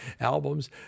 albums